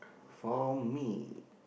for me